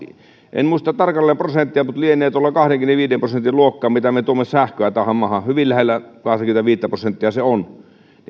en muista tarkalleen prosenttia mutta lienee kahdenkymmenenviiden prosentin luokkaa se mitä me tuomme sähköä tähän maahan hyvin lähellä kahtakymmentäviittä prosenttia se on